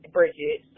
Bridget